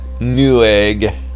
Newegg